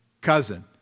Cousin